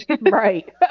Right